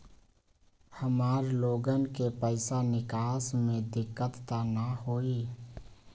हमार लोगन के पैसा निकास में दिक्कत त न होई?